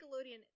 Nickelodeon